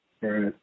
right